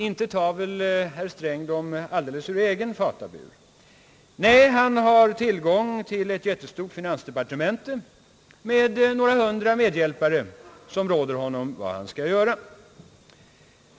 Inte tar väl herr Sträng dem helt ur egen fatabur? Nej, han har tillgång till ett jättestort finansdepartement med några hundra medhjälpare som råder honom till vad han skall göra.